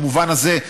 במובן הזה,